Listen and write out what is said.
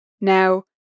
Now